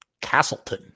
Castleton